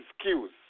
skills